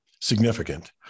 significant